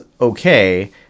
okay